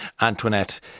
Antoinette